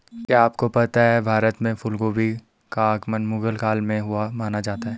क्या आपको पता है भारत में फूलगोभी का आगमन मुगल काल में हुआ माना जाता है?